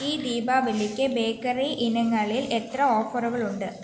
ഈ ദീപാവലിക്ക് ബേക്കറി ഇനങ്ങളിൽ എത്ര ഓഫറുകളുണ്ട്